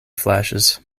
flashes